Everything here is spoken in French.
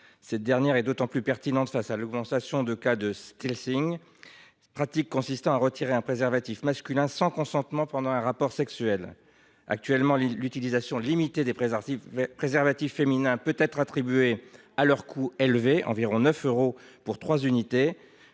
Cette dernière est d’autant plus pertinente face à l’augmentation des cas de, pratique consistant à retirer un préservatif masculin sans consentement pendant un rapport sexuel. Actuellement, l’utilisation limitée des préservatifs féminins peut être attribuée à leur coût élevé – environ 9 euros pour trois unités.